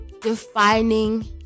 defining